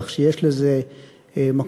כך שיש לזה מקום,